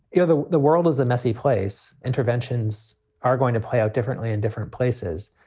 you know, the the world is a messy place. interventions are going to play out differently in different places,